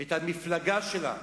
את המפלגה שלה,